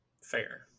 Fair